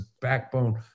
backbone